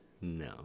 No